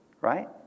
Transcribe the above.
right